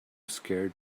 scared